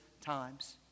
times